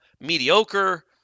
mediocre